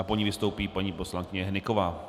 Po ní vystoupí paní poslankyně Hnyková.